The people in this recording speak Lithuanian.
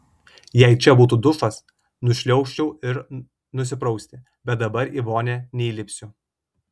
jei čia būtų dušas nušliaužčiau ir nusiprausti bet dabar į vonią neįlipsiu